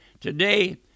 Today